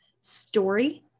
story